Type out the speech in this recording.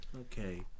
okay